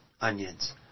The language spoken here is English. onions